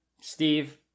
Steve